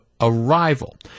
arrival